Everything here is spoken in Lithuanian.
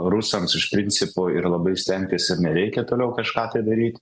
rusams iš principų ir labai stengtis nereikia toliau kažką daryt